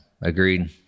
agreed